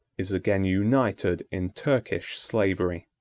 is again united in turkish slavery.